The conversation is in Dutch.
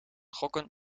gokken